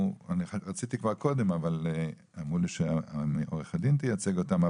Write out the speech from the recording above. רציתי כבר קודם אבל אמרו לי שעורכת הדין תייצג אותם,